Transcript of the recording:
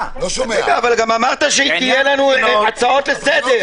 אמרת שיהיו לנו הצעות לסדר.